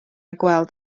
gweld